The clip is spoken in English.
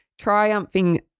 triumphing